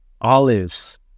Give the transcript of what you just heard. olives